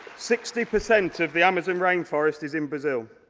sixty percent of the amazon rainforest is in brazil.